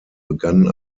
begann